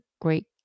great